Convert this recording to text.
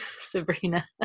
Sabrina